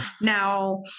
Now